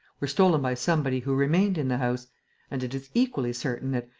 were stolen by somebody who remained in the house and it is equally certain that,